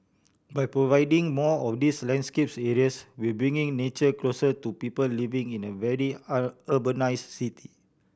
by providing more of these landscapes areas we bringing nature closer to people living in a very an urbanise city